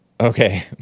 Okay